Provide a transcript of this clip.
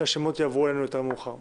השמות יעברו אלינו יותר מאוחר.